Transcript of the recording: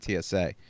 TSA